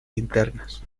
linternas